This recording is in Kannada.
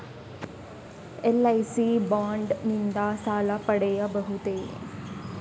ಎಲ್.ಐ.ಸಿ ಬಾಂಡ್ ನಿಂದ ಸಾಲ ಪಡೆಯಬಹುದೇ?